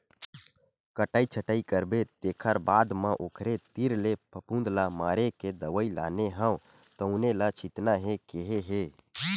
कटई छटई करबे तेखर बाद म ओखरे तीर ले फफुंद ल मारे के दवई लाने हव तउने ल छितना हे केहे हे